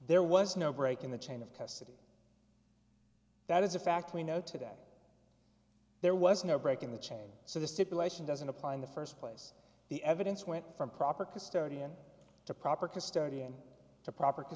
there was no break in the chain of custody that is a fact we know today that there was no break in the chain so the stipulation doesn't apply in the first place the evidence went from proper custodian to proper custodian to proper